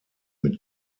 mit